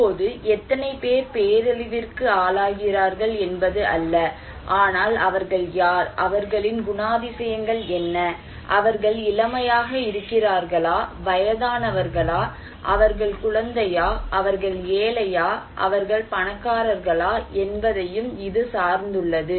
இப்போது எத்தனை பேர் பேரழிவிற்கு ஆளாகிறார்கள் என்பது அல்ல ஆனால் அவர்கள் யார் அவர்களின் குணாதிசயங்கள் என்ன அவர்கள் இளமையாக இருக்கிறார்களா வயதானவர்களா அவர்கள் குழந்தையா அவர்கள் ஏழையா அவர்கள் பணக்காரர்களா என்பதையும் இது சார்ந்துள்ளது